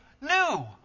new